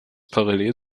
parallel